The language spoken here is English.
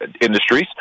industries